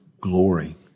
glory